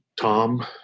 Tom